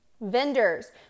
vendors